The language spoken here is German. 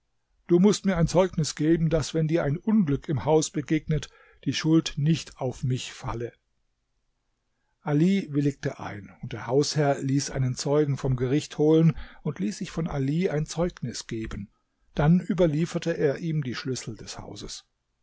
du mußt mir ein zeugnis geben daß wenn dir ein unglück im haus begegnet die schuld nicht auf mich falle ali willigte ein und der hausherr ließ einen zeugen vom gericht holen und ließ sich von ali ein zeugnis geben dann überlieferte er ihm die schlüssel des hauses